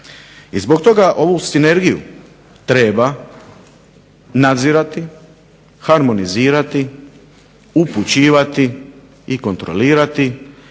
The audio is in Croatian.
I zbog toga ovu sinergiju treba nadzirati, harmonizirati, upućivati i kontrolirati